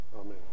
Amen